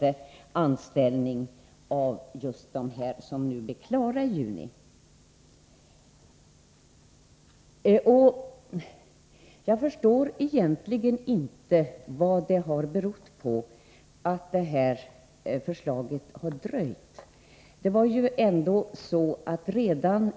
Detta föranledde en av huvudmännen att framhålla att man skulle iaktta en viss försiktighet vid anställning. Jag förstår egentligen inte varför det här förslaget har dröjt.